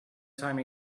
time